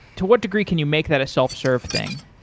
to what degree can you make that a self-serve thing?